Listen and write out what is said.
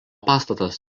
pastatas